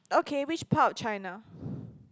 okay which part of China